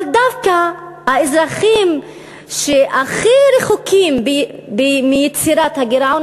אבל דווקא האזרחים שהכי רחוקים מיצירת הגירעון